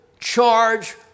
Charge